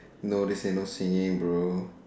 no they say no singing bro